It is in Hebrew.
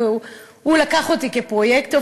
והוא לקח אותי כפרויקט.